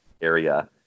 area